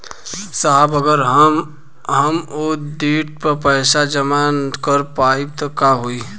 साहब अगर हम ओ देट पर पैसाना जमा कर पाइब त का होइ?